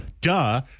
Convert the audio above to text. duh